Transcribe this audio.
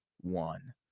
one